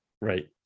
right